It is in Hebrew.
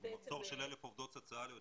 --- במחסור של 1,000 עובדות סוציאליות,